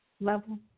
level